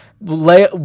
lay